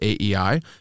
AEI